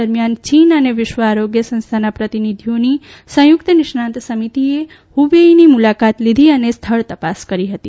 દરમિયાન ચીન અને વિશ્વ આરોગ્ય સંસ્થાના પ્રતિનિધિઓની સંયુક્ત નિષ્ણાત સમિતિએ હ્બેઇની મુલાકાત લીધી અને સ્થળ તપાસ કરી હતી